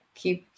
keep